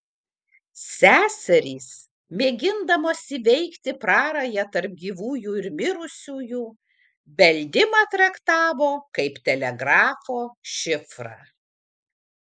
seserys mėgindamos įveikti prarają tarp gyvųjų ir mirusiųjų beldimą traktavo kaip telegrafo šifrą